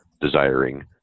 desiring